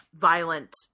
violent